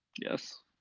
Yes